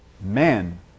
Men